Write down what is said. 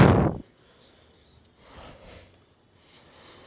SBI मा बचत खातं नैते चालू खातं जे भी व्हयी ते निवाडा